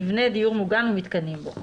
מבנה דיור מוגן ומיתקנים בו.